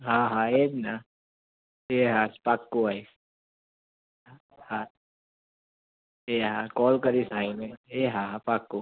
હા હા એ જ ને એ હા પાક્કું આવીશ હા હા એ હા કોલ કરીશ આવીને એ હા પાક્કું